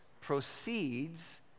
proceeds